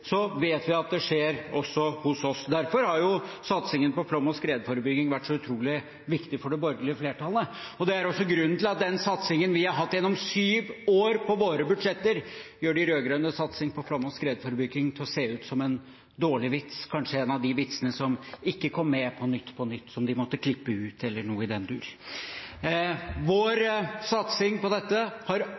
vet vi at det skjer også hos oss. Derfor har satsingen på flom- og skredforebygging vært så utrolig viktig for det borgerlige flertallet. Det er også grunnen til at den satsingen vi har hatt gjennom syv år på våre budsjetter, får de rød-grønnes satsing på flom- og skredforebygging til å se ut som en dårlig vits – kanskje en av de vitsene som ikke kom med i Nytt på nytt, og som de måtte klippe bort, eller noe i den dur . Vår satsing på dette har